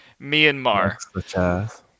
Myanmar